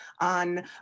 on